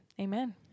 Amen